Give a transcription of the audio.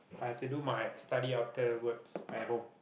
I have to do my study after work at home